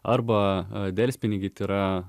arba delspinigiai tai yra